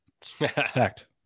Fact